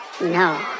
No